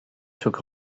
took